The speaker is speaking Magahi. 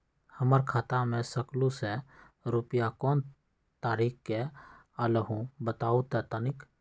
हमर खाता में सकलू से रूपया कोन तारीक के अलऊह बताहु त तनिक?